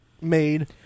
made